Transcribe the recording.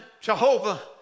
Jehovah